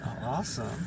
Awesome